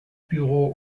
büro